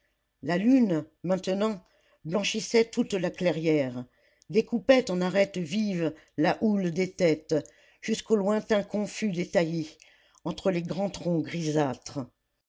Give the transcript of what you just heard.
la lune maintenant blanchissait toute la clairière découpait en arêtes vives la houle des têtes jusqu'aux lointains confus des taillis entre les grands troncs grisâtres